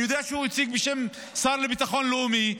אני יודע שהוא הציג בשם השר לביטחון לאומי,